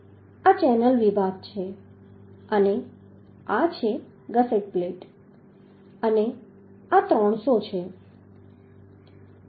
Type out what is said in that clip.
આ ચેનલ વિભાગ છે અને આ છે ગસેટ પ્લેટ અને આ 300 છે